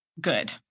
good